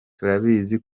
turabizi